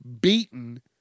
beaten